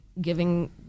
giving